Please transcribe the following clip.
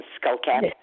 skullcap